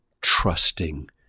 trusting